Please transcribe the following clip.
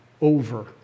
over